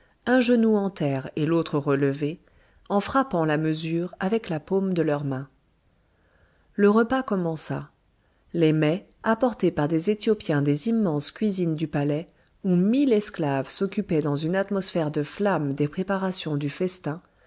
un genou en terre et l'autre relevé en frappant la mesure avec la paume de leurs mains le repas commença les mets apportés par des éthiopiens des immenses cuisines du palais où mille esclaves s'occupaient dans une atmosphère de flamme des préparations du festin